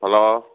hello